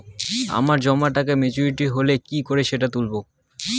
আমার জমা টাকা মেচুউরিটি হলে কি করে সেটা তুলব?